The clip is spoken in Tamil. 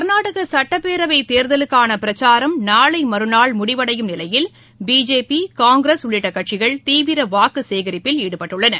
கர்நாடக சுட்டப்பேரவைத் தேர்தலுக்கான பிரச்சாரம் நாளை மறுநாள் முடிவடையும் நிலையில் பிஜேபி காங்கிரஸ் உள்ளிட்ட கட்சிகள் தீவிர வாக்கு சேகரிப்பில் ஈடுபட்டுள்ளன